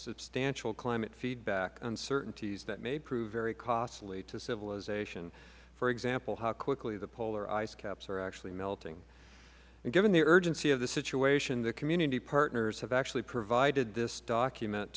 substantial climate feedback uncertainties that may prove very costly to civilization for example how quickly the polar ice caps are actually melting given the urgency of the situation the community partners have actually provided this document